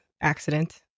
Accident